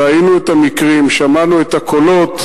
ראינו את המקרים, שמענו את הקולות.